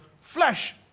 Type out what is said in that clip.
flesh